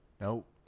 Nope